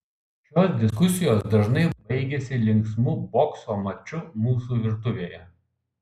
šios diskusijos dažnai baigiasi linksmu bokso maču mūsų virtuvėje